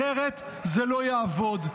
אחרת זה לא יעבוד.